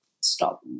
stop